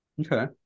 Okay